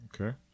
Okay